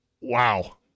Wow